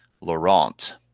Laurent